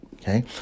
okay